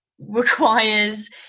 requires